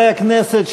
חברי הכנסת,